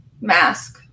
mask